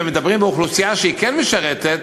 ומדברים על אוכלוסייה שכן משרתת,